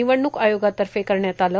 निवडणूक आयोगातर्फे करण्यात आलं